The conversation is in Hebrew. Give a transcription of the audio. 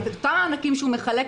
את אותם מענקים שהוא מחלק,